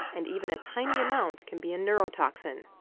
and even a tiny amount can be a neurotoxin.